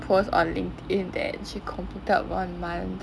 post on linkedin that she completed one month